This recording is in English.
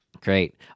great